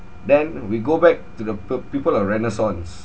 then we go back to the pe~ people of renaissance